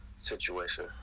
Situation